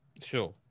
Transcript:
Sure